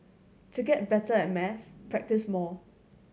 to get better at maths practise more